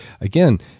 again